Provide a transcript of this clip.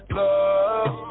love